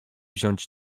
wziąć